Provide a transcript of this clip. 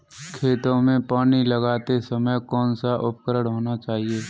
खेतों में पानी लगाते समय कौन सा उपकरण होना चाहिए?